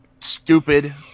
stupid